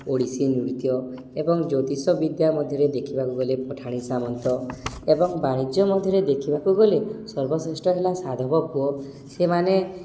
ଓଡ଼ିଶୀ ନୃତ୍ୟ ଏବଂ ଜ୍ୟୋତିଷ ବିଦ୍ୟା ମଧ୍ୟରେ ଦେଖିବାକୁ ଗଲେ ପଠାଣି ସାମନ୍ତ ଏବଂ ବାଣିଜ୍ୟ ମଧ୍ୟରେ ଦେଖିବାକୁ ଗଲେ ସର୍ବଶ୍ରେଷ୍ଠ ହେଲା ସାଧବ ପୁଅ ସେମାନେ